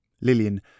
Lillian